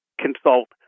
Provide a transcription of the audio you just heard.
consult